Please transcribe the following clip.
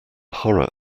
horror